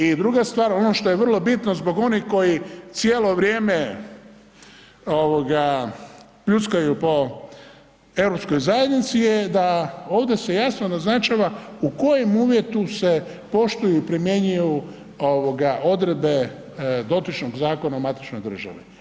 I druga stvar ono što je vrlo bitno zbog onih koji cijelo vrijeme pljuskaju po Europskoj zajednici je da ovdje se jasno naznačava u kojem uvjetu se poštuju i primjenjuju odredbe dotičnog zakona u matičnoj državi.